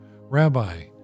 Rabbi